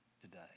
today